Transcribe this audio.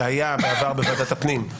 שהיה בעבר בוועדת הפנים,